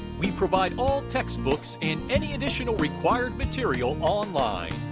we provide all textbooks and any additional required material online,